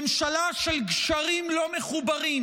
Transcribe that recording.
ממשלה של קשרים לא מחוברים,